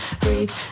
breathe